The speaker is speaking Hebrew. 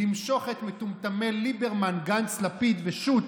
למשוך את מטומטמי ליברמן, גנץ, לפיד ושות',